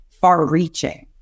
far-reaching